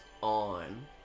on